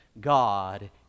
God